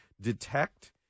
detect